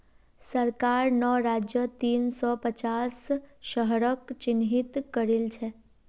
सरकार नौ राज्यत तीन सौ पांच शहरक चिह्नित करिल छे